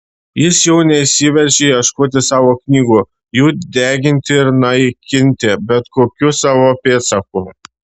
jis jau nesiveržė ieškoti savo knygų jų deginti ir naikinti bet kokių savo pėdsakų